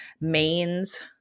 mains